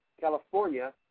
California